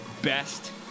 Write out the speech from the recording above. Best